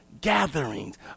gatherings